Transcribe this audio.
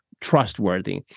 trustworthy